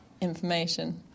information